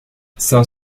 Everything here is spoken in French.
saint